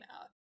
out